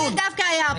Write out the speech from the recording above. הוא דווקא היה כאן.